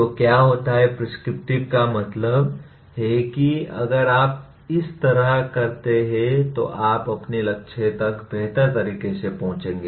तो क्या होता है प्रिस्क्रिपटिव का मतलब है कि अगर आप इस तरह करते हैं तो आप अपने लक्ष्य तक बेहतर तरीके से पहुंचेंगे